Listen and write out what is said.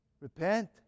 Repent